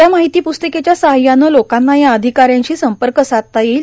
या माहिती पुस्तिकेच्या सहाय्यानं लोकांना या अधिकाऱ्याशी संपर्क साधता येईल